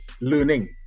learning